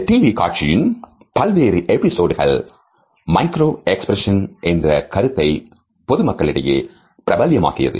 இந்த டிவி காட்சியின் பல்வேறு எபிசோடுகள் மைக்ரோ எக்ஸ்பிரஷன் என்ற கருத்தை பொதுமக்களிடையே பிரபலமாக்கியது